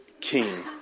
king